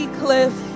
cliff